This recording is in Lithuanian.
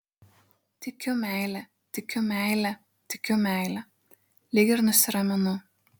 tikiu meile tikiu meile tikiu meile lyg ir nusiraminu